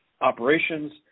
Operations